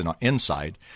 inside